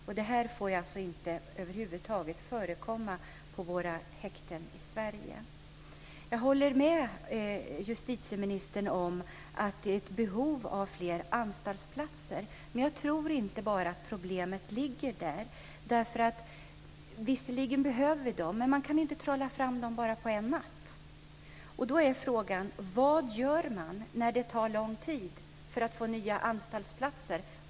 Sådant här får över huvud taget inte förekomma på våra häkten i Sverige. Jag håller med justitieministern om att det finns ett behov av fler anstaltsplatser, men jag tror inte att problemet bara ligger där. Vi behöver dem visserligen, men man kan inte trolla fram dem över en natt. Då är frågan: Vad gör man när det tar lång tid att få fram nya anstaltsplatser?